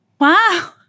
Wow